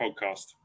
podcast